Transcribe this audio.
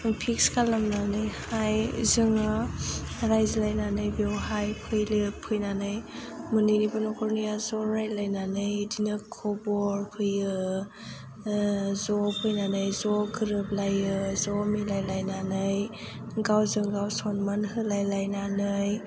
fix खालामनानैहाय जोङो रायज्लायनानै बेवहाय फैयो फैनानै मोननैनिबो न'खरनिया ज' रायलायनानै बिदिनो खबर फैयो ज' फैनानै ज' गोरोबलायो ज' मिलायलायनानै गावजों गाव सन्मान होलायलायनानै